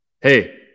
Hey